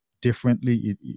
differently